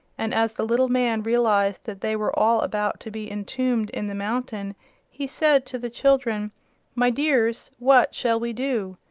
and as the little man realized that they were all about to be entombed in the mountain he said to the children my dears, what shall we do?